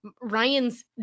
Ryan's